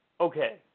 Okay